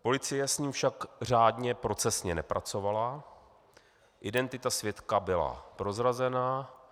Policie s ním však řádně procesně nepracovala, identita svědka byla prozrazena.